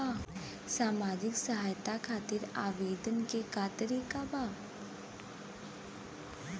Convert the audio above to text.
सामाजिक सहायता खातिर आवेदन के का तरीका बा?